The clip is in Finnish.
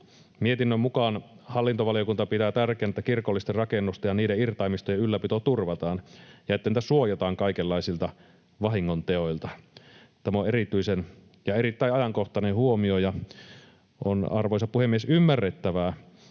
Mietinnön mukaan hallintovaliokunta pitää tärkeänä, että kirkollisten rakennusten ja niiden irtaimistojen ylläpito turvataan ja että niitä suojataan kaikenlaisilta vahingonteoilta. Tämä on erityisen ja erittäin ajankohtainen huomio. Ja on, arvoisa puhemies, ymmärrettävää,